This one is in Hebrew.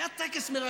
היה טקס מרגש.